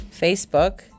facebook